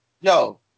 yo